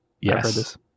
Yes